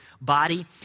body